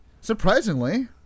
surprisingly